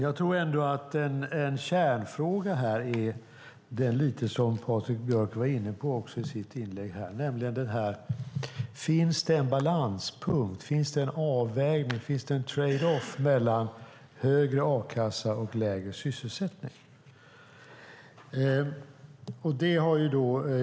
Herr talman! Kärnfrågan är, som Patrik Björck var inne på i sitt inlägg, om det finns en balanspunkt, en avvägning, en trade off mellan högre a-kassa och lägre sysselsättning.